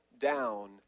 down